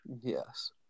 Yes